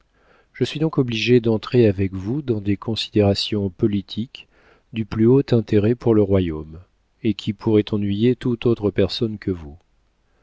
je suis donc obligé d'entrer avec vous dans des considérations politiques du plus haut intérêt pour le royaume et qui pourraient ennuyer toute autre personne que vous